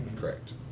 correct